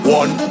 one